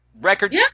record